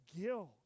guilt